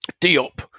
Diop